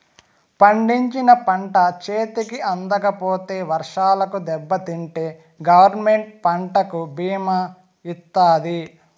పండించిన పంట చేతికి అందకపోతే వర్షాలకు దెబ్బతింటే గవర్నమెంట్ పంటకు భీమా ఇత్తాది